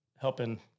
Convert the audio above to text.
helping